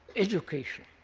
education.